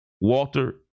Walter